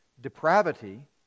depravity